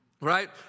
right